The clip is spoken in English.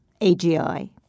AGI